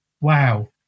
Wow